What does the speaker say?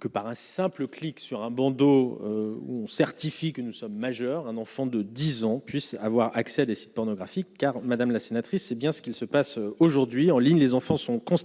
que par un simple clic sur un bandeau où certifie que nous sommes majeurs, un enfant de 10 ans puissent avoir accès à des sites pornographiques, car madame la sénatrice, c'est bien ce qui se passe aujourd'hui en ligne, les enfants sont constamment